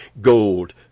gold